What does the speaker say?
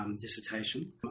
Dissertation